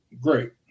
Great